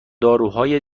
داروهای